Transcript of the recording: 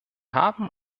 haben